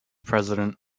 president